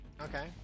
Okay